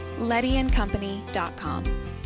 Lettyandcompany.com